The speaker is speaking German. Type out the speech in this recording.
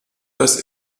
das